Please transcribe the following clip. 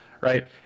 right